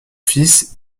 fils